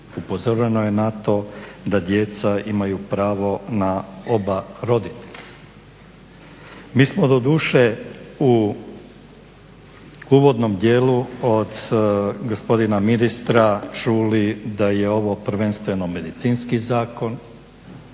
upozoreno je na to da djeca imaju pravo na oba roditelja. Mi smo doduše u uvodnom dijelu od gospodina ministra čuli da je ovo prvenstveno medicinski zakon,